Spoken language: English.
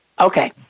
Okay